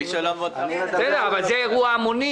אבל זה אירוע המוני.